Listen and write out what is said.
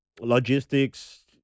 logistics